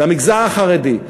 למגזר החרדי,